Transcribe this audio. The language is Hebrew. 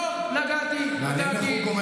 עושה הפקות,